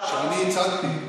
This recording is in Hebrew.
שאני הצגתי מאוששת,